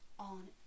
On